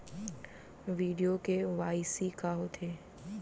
video KYC का होथे